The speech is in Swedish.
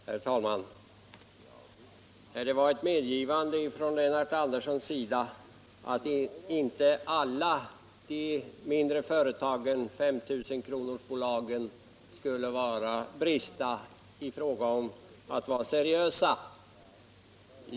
Herr talman! Jag noterar det medgivande som herr Andersson i Södertälje här gjorde, att inte alla de s.k. 5 000-kronorsbolagen uppvisar brister när det gäller att arbeta seriöst.